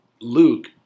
Luke